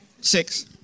six